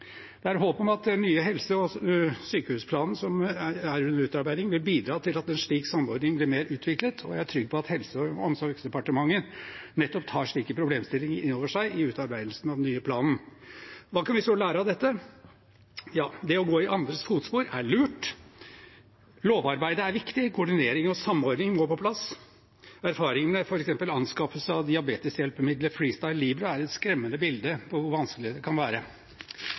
Det er håp om at den nye helse- og sykehusplanen som er under utarbeidelse, vil bidra til at en slik samordning blir mer utviklet, og jeg er trygg på at Helse- og omsorgsdepartementet nettopp tar slike problemstillinger inn over seg i utarbeidelsen av den nye planen. Hva kan vi så lære av dette? Jo, at det å gå i andres fotspor er lurt, at lovarbeidet er viktig, og at koordinering og samordning må på plass. Erfaringene med f.eks. anskaffelse av diabeteshjelpemiddelet Freestyle Libre er et skremmende bilde på hvor vanskelig det kan være.